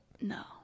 No